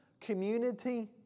community